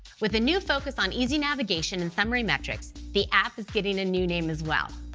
with a new focus on easy navigation and summary metrics, the app is getting a new name as well